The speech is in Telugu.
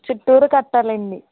చుట్టూరు కట్టాలండి